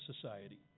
society